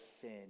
sin